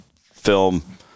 film